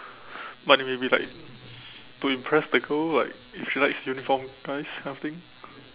but it may be like to impress the girl like if she like uniform guys that kind of thing